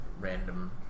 Random